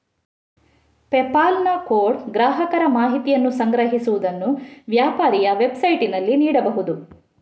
PayPal ನ code ಗ್ರಾಹಕರ ಮಾಹಿತಿಯನ್ನು ಸಂಗ್ರಹಿಸುವುದನ್ನು ವ್ಯಾಪಾರಿಯ ವೆಬ್ಸೈಟಿನಲ್ಲಿ ನೀಡಬಹುದು